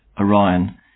Orion